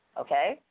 Okay